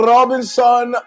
Robinson